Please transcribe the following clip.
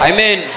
Amen